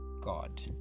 God